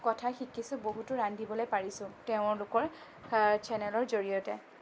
কথা শিকিছোঁ বহুতো ৰান্ধিবলৈ পাৰিছোঁ তেওঁলোকৰ চেনেলৰ জৰিয়তে